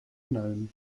known